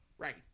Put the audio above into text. Right